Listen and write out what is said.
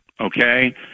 okay